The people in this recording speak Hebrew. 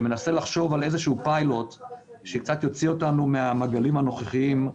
שמנסה לחשוב על איזה פיילוט שקצת יוציא אותנו מהמעגלים הנוכחיים.